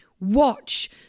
Watch